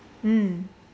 mm